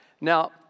Now